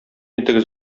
итегез